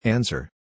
Answer